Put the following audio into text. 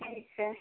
ठीक है